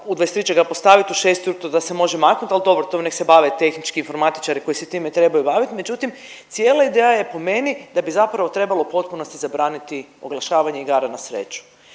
u 23 će ga postavit u 6 ujutro da se može maknut, al dobro to nek se bave tehnički informatičari koji se time trebaju baviti. Međutim, cijela ideja je po meni da bi zapravo trebalo u potpunosti zabraniti oglašavanje igara na sreću.